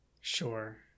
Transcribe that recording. sure